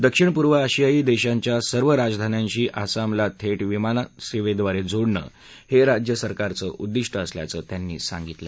दक्षिण पूर्व आशियाई देशांच्या सर्व राजधान्यांशी आसामला थेट विमानसेवेद्वारे जोडणं हे राज्य सरकारचं उद्दिष्ट असल्याचं त्यांनी सांगितलं